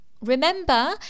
remember